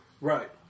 Right